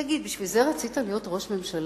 תגיד, בשביל זה רצית להיות ראש הממשלה?